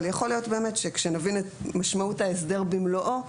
יכול להיות שכשנבין את משמעות ההסדר במלואו